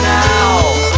now